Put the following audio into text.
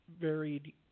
varied